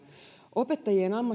opettajien